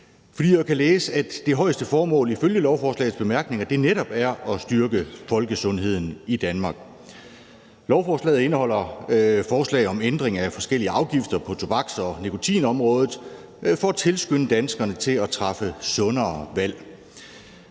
fordi jeg kan læse, at det højeste formål ifølge lovforslagets bemærkninger netop er at styrke folkesundheden i Danmark. Lovforslaget indeholder forslag om ændring af forskellige afgifter på tobaks-og nikotinområdet for at tilskynde danskerne til at træffe sundere valg.